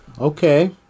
okay